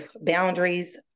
Boundaries